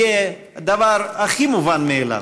יהיה הדבר הכי מובן מאליו.